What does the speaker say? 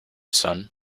son